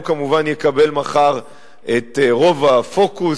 הוא כמובן יקבל מחר את רוב הפוקוס,